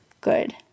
good